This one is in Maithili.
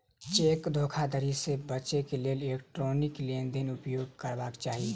चेक धोखाधड़ी से बचैक लेल इलेक्ट्रॉनिक लेन देन के उपयोग करबाक चाही